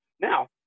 Now